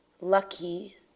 lucky